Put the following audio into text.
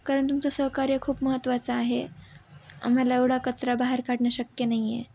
कारण तुमचं सहकार्य खूप महत्त्वाचं आहे आम्हाला एवढा कचरा बाहेर काढणं शक्य नाही आहे